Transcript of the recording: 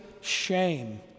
shame